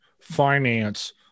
finance